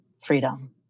freedom